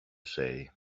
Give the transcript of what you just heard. say